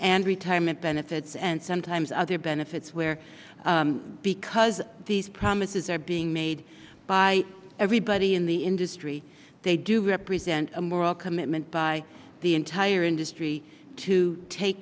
and retirement benefits and sometimes other benefits where because these promises are being made by everybody in the industry they do represent a moral commitment by the entire industry to take